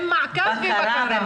עם מעקב ובקרה.